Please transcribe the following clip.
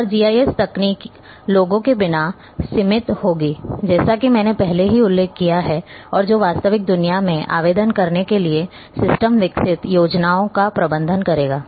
और जीआईएस तकनीक लोगों के बिना सीमित होगी जैसा कि मैंने पहले ही उल्लेख किया है और जो वास्तविक दुनिया में आवेदन करने के लिए सिस्टम विकसित योजनाओं का प्रबंधन करेगा